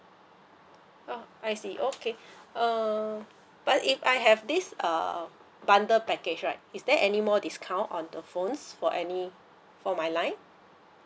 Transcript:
oh I see okay uh but if I have this err bundle package right is there any more discount on the phones for any for my line